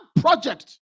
project